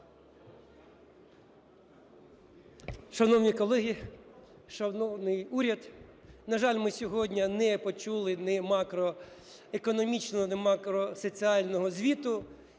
Шановні колеги, шановний уряд! На жаль, ми сьогодні не почули ні макроекономічного, ні макросоціального звіту.